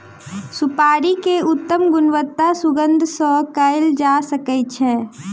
सुपाड़ी के उत्तम गुणवत्ता सुगंध सॅ कयल जा सकै छै